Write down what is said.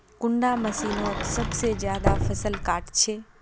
कुंडा मशीनोत सबसे ज्यादा फसल काट छै?